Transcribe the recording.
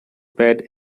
bad